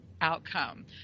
outcome